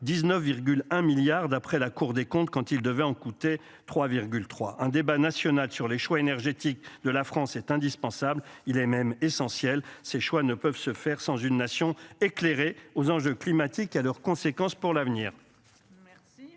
19. 1 milliard d'après la Cour des comptes quand il devait en coûter 3 3 un débat national sur les choix énergétiques de la France est indispensable. Il est même essentiel ces choix ne peuvent se faire sans une nation éclairée aux enjeux climatiques, à leurs conséquences pour l'avenir.